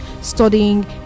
studying